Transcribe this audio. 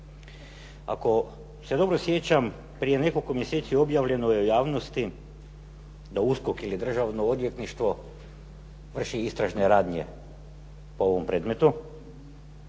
Ako se dobro sjećam, prije nekoliko mjeseci objavljeno je u javnosti da USKOK ili državno odvjetništvo vrši istražne radnje po ovom predmetu,